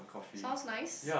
sounds nice